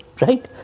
right